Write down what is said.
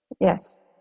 Yes